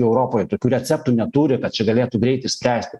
europoj tokių receptų neturi kad čia galėtų greit išspręsti